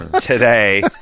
today